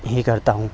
ही करता हूँ